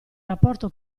rapporto